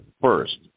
first